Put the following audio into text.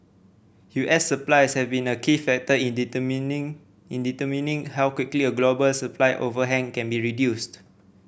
U S supplies have been a key factor in determining in determining how quickly a global supply overhang can be reduced